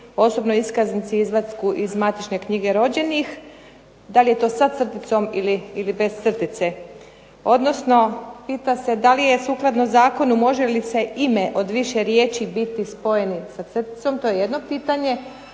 osobnoj iskaznici, izvatku iz matične knjige rođenih, da li je to sa crticom ili bez crtice. Odnosno pita se da li je sukladno zakonu može li se ime od više riječi biti spojeni sa crticom? To je jedno pitanje.